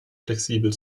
flexibel